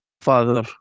Father